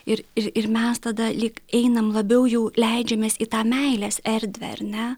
ir ir mes tada lyg einam labiau jau leidžiamės į tą meilės erdvę ar ne